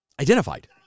Identified